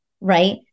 right